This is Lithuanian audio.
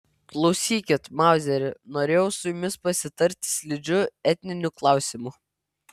klausykit mauzeri norėjau su jumis pasitarti slidžiu etniniu klausimu